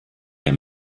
der